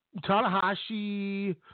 Tanahashi